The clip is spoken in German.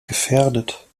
gefährdet